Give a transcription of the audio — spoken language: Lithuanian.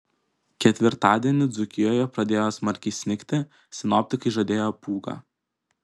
ketvirtadienį dzūkijoje pradėjo smarkiai snigti sinoptikai žadėjo pūgą